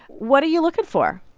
what are you looking for,